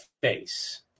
face